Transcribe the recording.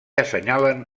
assenyalen